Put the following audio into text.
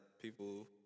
people